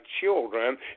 children